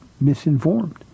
misinformed